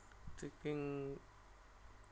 trekking